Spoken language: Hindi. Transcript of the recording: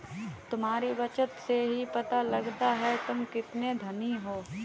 तुम्हारी बचत से ही पता लगता है तुम कितने धनी हो